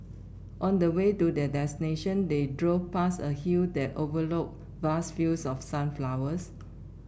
on the way to their destination they drove past a hill that overlooked vast fields of sunflowers